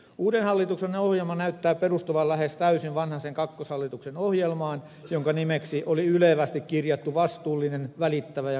uuden hallituksen ohjelma näyttää perustuvan lähes täysin vanhasen kakkoshallituksen ohjelmaan jonka nimeksi oli ylevästi kirjattu vastuullinen välittävä ja kannustava suomi